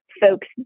folks